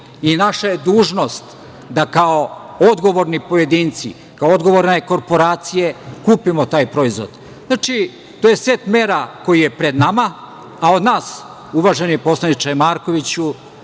i naša je dužnost da kao odgovorni pojedinci, kao odgovorne korporacije kupimo taj proizvod. Znači, to je set mera koji je pred nama, a od nas, uvaženi poslaniče Markoviću,